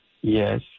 Yes